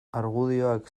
argudioak